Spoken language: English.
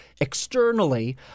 externally